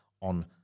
on